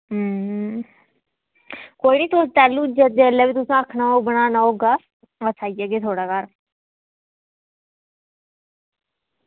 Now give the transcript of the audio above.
कोई निं तुस तैह्लू जेल्लै बी आखना होग बनाना होगा अस आई जाह्गे थुआढ़े घर